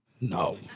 No